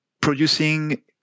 producing